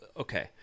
okay